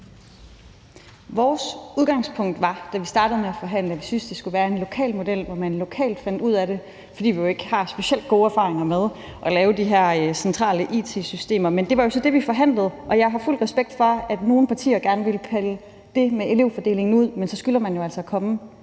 Vores udgangspunkt, da vi startede med at forhandle, var, at vi syntes, at det skulle være en lokal model, hvor man lokalt fandt ud af det, fordi vi jo ikke har specielt gode erfaringer med at lave de her centrale it-systemer. Men det var jo så det, vi forhandlede, og jeg har fuld respekt for, at nogle partier gerne vil udfordre det med elevfordelingen, men så skylder man jo altså at komme